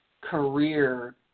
career